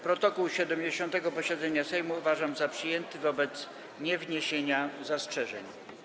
Protokół 70. posiedzenia Sejmu uważam za przyjęty wobec niewniesienia zastrzeżeń.